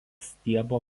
stiebo